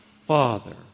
Father